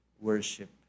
worship